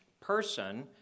person